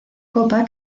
copa